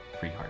Freeheart